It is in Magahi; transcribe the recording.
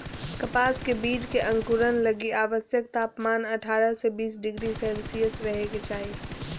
कपास के बीज के अंकुरण लगी आवश्यक तापमान अठारह से बीस डिग्री सेल्शियस रहे के चाही